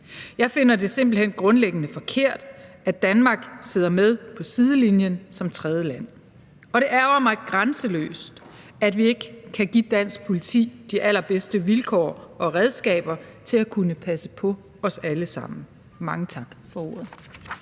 Jeg finder det simpelt hen grundlæggende forkert, at Danmark sidder med på sidelinjen som tredjeland. Og det ærgrer mig grænseløst, at vi ikke kan give dansk politi de allerbedste vilkår og redskaber til at kunne passe på os alle sammen. Mange tak for ordet.